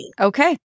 Okay